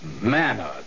manner